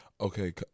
okay